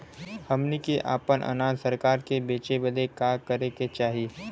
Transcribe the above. हमनी के आपन अनाज सरकार के बेचे बदे का करे के चाही?